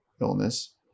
illness